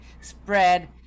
spread